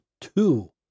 two